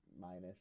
minus